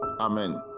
Amen